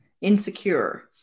insecure